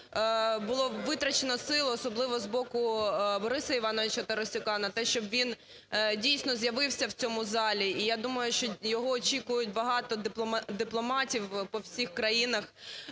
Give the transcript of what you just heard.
багато витрачено сил, особливо з боку Бориса Івановича Тарасюка на те, щоб він, дійсно, з'явився у цьому залі. І я думаю, що його очікують багато дипломатів по всіх країнах.